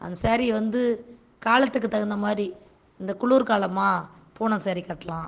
அந்த சேரீயை வந்து காலத்துக்கு தகுந்த மாதிரி இந்த குளுர் காலமாக பூனோ சாரீ கட்டலாம்